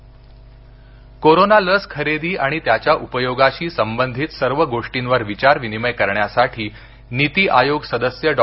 लस समिती कोरोना लस खरेदी आणि त्याच्या उपयोगाशी संबंधित सर्व गोष्टींवर विचार विनिमय करण्यासाठी नीती आयोग सदस्य डॉ